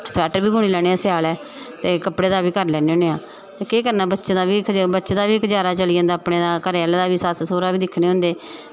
sweater बी बुनी लैन्ने आं सेआलै ते कपड़े दा बी करी लैन्ने होन्ने आं ते केह् करना बच्चें दा बी गुजारा चली जंदा अपने घरे दा बी सस्स सौह्रा बी दिक्खने होंदे